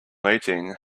eating